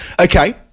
Okay